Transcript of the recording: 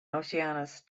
oceanus